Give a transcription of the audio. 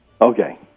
Okay